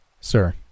Sir